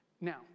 Now